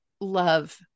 love